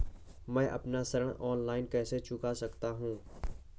मैं अपना ऋण ऑनलाइन कैसे चुका सकता हूँ?